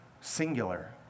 singular